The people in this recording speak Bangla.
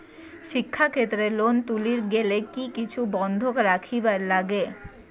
শিক্ষাক্ষেত্রে লোন তুলির গেলে কি কিছু বন্ধক রাখিবার লাগে?